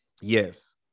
Yes